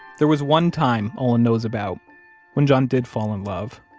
there was one time olin knows about when john did fall in love.